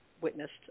witnessed